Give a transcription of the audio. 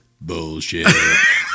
Bullshit